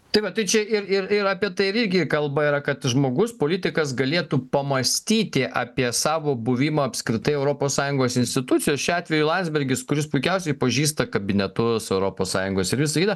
tai va tai čia ir ir ir apie tai ir irgi kalba yra kad žmogus politikas galėtų pamąstyti apie savo buvimą apskritai europos sąjungos institucijos šiuo atveju landsbergis kuris puikiausiai pažįsta kabinetus europos sąjungos ir visa kita